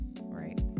Right